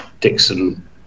dixon